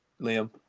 Liam